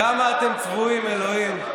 כמה אתם צבועים, אלוהים.